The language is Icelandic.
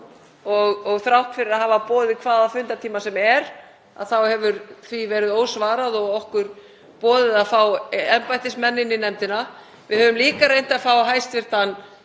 Þrátt fyrir að hafa boðið hvaða fundartíma sem er þá hefur því verið ósvarað og okkur boðið að fá embættismenn fyrir nefndina. Við höfum líka reynt án árangurs